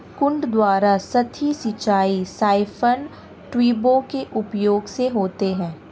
कुंड द्वारा सतही सिंचाई साइफन ट्यूबों के उपयोग से होता है